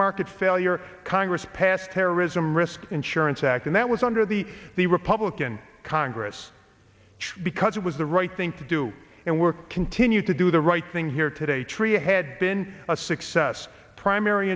market failure congress passed terrorism risk insurance act and that was under the the republican congress because it was the right thing to do and we're continue to do the right thing here today tree ahead been a success primary